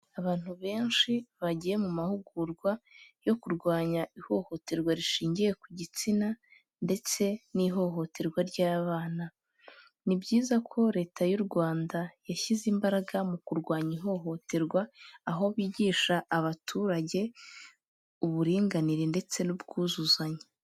Abantu benshi bagiye mu mahugurwa yo kurwanya ihohoterwa rishingiye ku gitsina ndetse n'ihohoterwa ry'abana; ni byiza ko Leta y'u Rwanda yashyize imbaraga mu kurwanya ihohoterwa, aho bigisha abaturage uburinganire ndetse n'ubwuzuzanye.